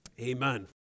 Amen